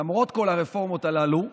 למרות כל הרפורמות הללו,